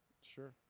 Sure